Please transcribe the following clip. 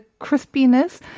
crispiness